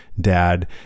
dad